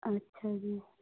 ਅੱਛਾ ਜੀ